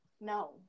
no